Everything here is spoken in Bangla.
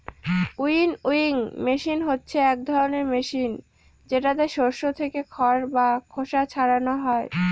উইনউইং মেশিন হচ্ছে এক ধরনের মেশিন যেটাতে শস্য থেকে খড় বা খোসা ছারানো হয়